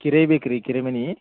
ಕಿರೈ bakery ಕಿರೆ ಮನೆ